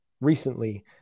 recently